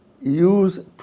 Use